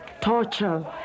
torture